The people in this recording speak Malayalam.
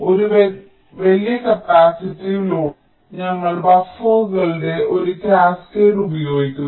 ഒരു വലിയ കപ്പാസിറ്റീവ് ലോഡ് ഓടിക്കാൻ ഞങ്ങൾ ബഫറുകളുടെ ഒരു കാസ്കേഡ് ഉപയോഗിക്കുന്നു